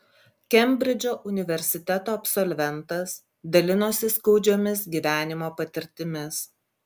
kembridžo universiteto absolventas dalinosi skaudžiomis gyvenimo patirtimis